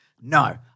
No